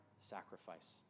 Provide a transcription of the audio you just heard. sacrifice